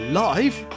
live